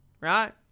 right